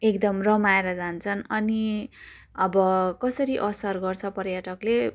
एकदम रमाएर जान्छन् अनि अब कसरी असर गर्छ पर्यटकले